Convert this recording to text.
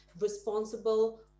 responsible